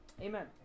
Amen